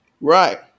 Right